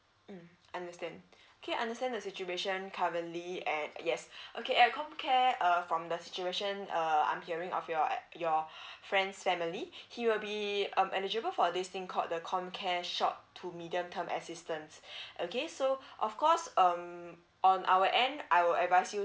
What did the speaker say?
mm understand okay understand the situation currently at yes okay at comcare uh from the situation uh I'm hearing of your ap~ your friend's family he will be um eligible for this thing called the comcare short to medium term assistance okay so of course um on our end I will advise you